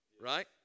right